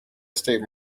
estate